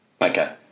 Okay